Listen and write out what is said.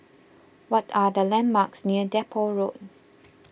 what are the landmarks near Depot Road